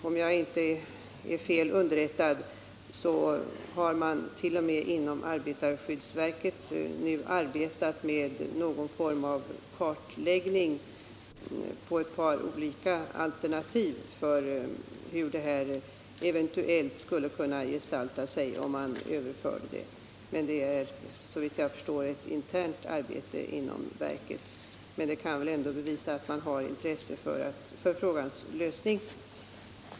Om jag inte är fel underrättad har man t.o.m. inom arbetarskyddsverket gjort någon form av kartläggning av ett par olika alternativ för att se hur det eventuellt skulle kunna gestalta sig vid en överföring. Detta är såvitt jag förstår ett internt arbete som utförs inom verket, men det visar ändå att man har intresse för frågans lösning.